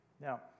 Now